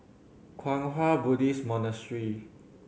Kwang Hua Buddhist Monastery